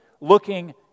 looking